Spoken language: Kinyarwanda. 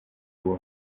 ubu